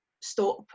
stop